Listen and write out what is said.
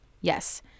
yes